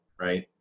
right